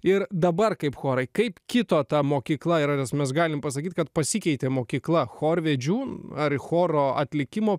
ir dabar kaip chorai kaip kito ta mokykla yra nes mes galim pasakyt kad pasikeitė mokykla chorvedžių ar choro atlikimo